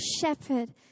shepherd